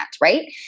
right